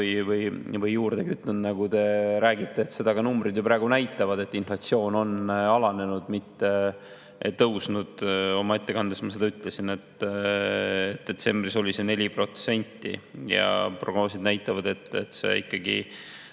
või juurde kütnud, nagu te räägite. Seda ka numbrid ju praegu näitavad, et inflatsioon on alanenud, mitte tõusnud. Oma ettekandes ma ütlesin, et detsembris oli see 4% ja prognoosid näitavad, et see ikkagi